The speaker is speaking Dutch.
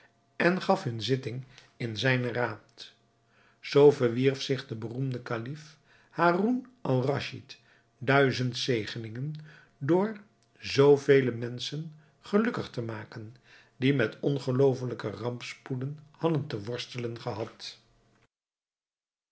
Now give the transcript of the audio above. en gaf hun zitting in zijnen raad zoo verwierf zich de beroemde kalif haroun-al-raschid duizend zegeningen door zoo vele menschen gelukkig te maken die met ongeloofelijke rampspoeden hadden te worstelen gehad